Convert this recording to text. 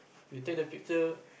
you take the picture